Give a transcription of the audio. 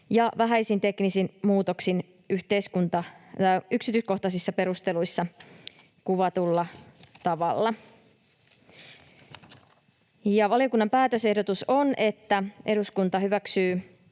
ja vähäisin teknisin muutoksin yksityiskohtaisissa perusteluissa kuvatulla tavalla. Valiokunnan päätösehdotus on, että eduskunta hyväksyy